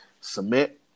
submit